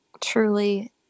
truly